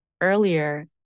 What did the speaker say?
Earlier